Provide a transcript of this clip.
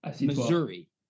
Missouri